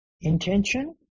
Intention